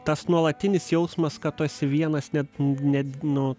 tas nuolatinis jausmas kad tu esi vienas net net nu